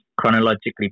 chronologically